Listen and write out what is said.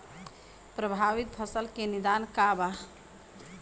प्रभावित फसल के निदान का बा?